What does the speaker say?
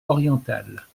orientale